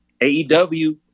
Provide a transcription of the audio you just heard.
AEW